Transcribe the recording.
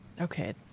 Okay